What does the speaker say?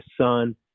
son